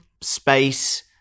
space